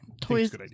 Toys